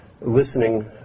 listening